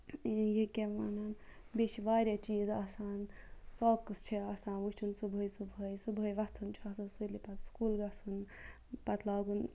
یٔکیاہ وَنان بیٚیہِ چھِ واریاہ چیٖز آسان سۄکٕس چھِ آسان وٕچھُن صُبحٲے صُبحٲے صُبحٲے وۄتھُن چھُ آسان سُلہِ پَتہٕ سکوٗل گَژھُن پَتہٕ لاگُن